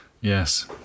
Yes